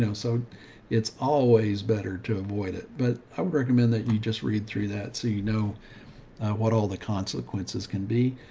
so it's always better to avoid it, but i would recommend that you just read through that. so, you know what all the consequences can be,